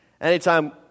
anytime